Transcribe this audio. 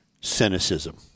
cynicism